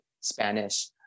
Spanish